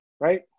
right